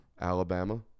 Alabama